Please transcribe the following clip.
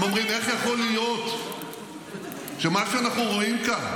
-- הם אומרים: איך יכול להיות שמה שאנחנו רואים כאן,